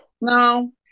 No